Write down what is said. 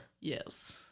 Yes